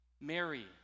Mary